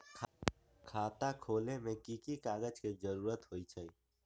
खाता खोले में कि की कागज के जरूरी होई छइ?